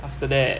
after that